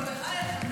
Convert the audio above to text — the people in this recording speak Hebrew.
אבל בחייכם,